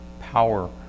power